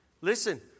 Listen